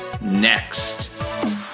Next